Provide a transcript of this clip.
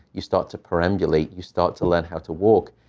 you start to perambulate, you start to learn how to walk.